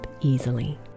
easily